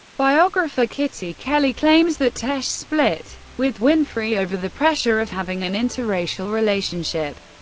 biographer kitty kelley claims that tesh split with winfrey over the pressure of having an interracial relationship.